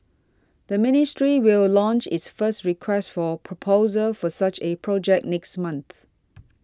the ministry will launch its first Request for Proposal for such a project next month